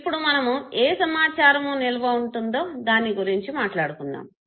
ఇప్పుడు మనము ఏ సమాచారము నిల్వ ఉంటుందో దాని గురించి మాట్లాడుకుందాము